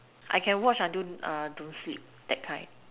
I can watch until don't sleep that time